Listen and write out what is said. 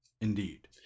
Indeed